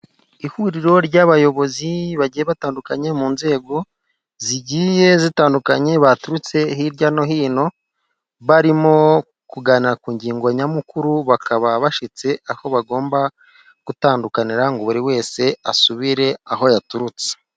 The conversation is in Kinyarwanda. Ihuriro ry'abayobozi bagiye batandukanye mu nzego zigiye zitandukanye baturutse hirya no hino, barimo kugana ku ngingo nyamukuru, bakaba bashyitse aho bagomba gutandukanira, ngo buri wese asubire aho yaturutse.